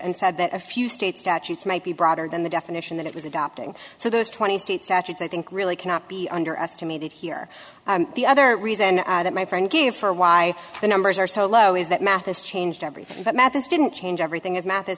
and said that a few state statutes might be broader than the definition that it was adopting so those twenty state statutes i think really cannot be underestimated here the other reason that my friend gave for why the numbers are so low is that mathis changed everything but math this didn't change everything as math is